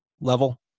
level